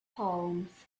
palms